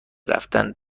رفتن